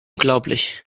unglaublich